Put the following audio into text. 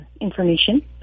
information